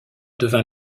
devint